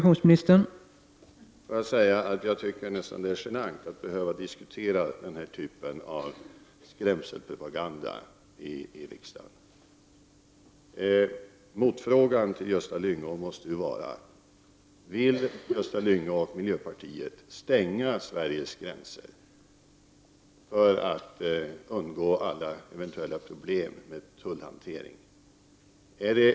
Herr talman! Det är nästan genant att behöva diskutera den här typen av skrämselpropaganda i riksdagen. Motfrågan till Gösta Lyngå måste vara: Vill Gösta Lyngå och miljöpartiet stänga Sveriges gränser för att undgå alla eventuella problem vid tullhanteringen?